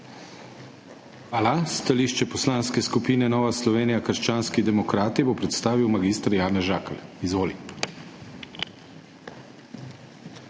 Hvala. Stališče Poslanske skupine Nova Slovenija – krščanski demokrati bo predstavil mag. Janez Žakelj. Izvoli.